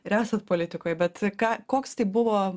ir esat politikoj bet ką koks tai buvo